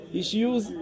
issues